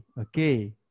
Okay